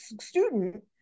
student